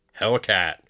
Hellcat